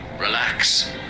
Relax